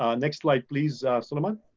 um next slide please, soulaymane.